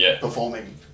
performing